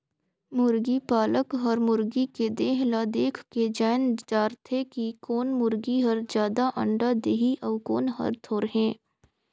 मुरगी पालक हर मुरगी के देह ल देखके जायन दारथे कि कोन मुरगी हर जादा अंडा देहि अउ कोन हर थोरहें